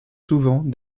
souvent